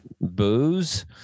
booze